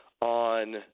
on